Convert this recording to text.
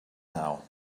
now